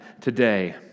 today